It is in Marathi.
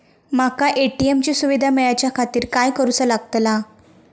माका ए.टी.एम ची सुविधा मेलाच्याखातिर काय करूचा लागतला?